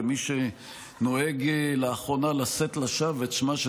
כמי שנוהג לאחרונה לשאת לשווא את שמן של